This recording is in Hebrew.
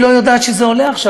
היא לא יודעת שזה עולה עכשיו,